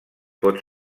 pot